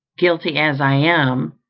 guilty as i am,